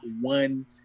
one